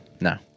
no